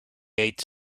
ate